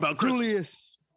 Julius